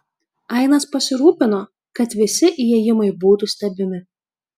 ainas pasirūpino kad visi įėjimai būtų stebimi